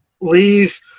leave